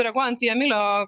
reaguojant į emilio